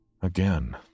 Again